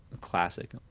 classic